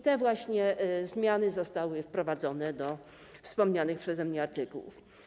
Te właśnie zmiany zostały wprowadzone do wspomnianych przeze mnie artykułów.